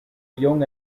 young